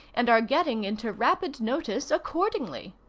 and are getting into rapid notice accordingly.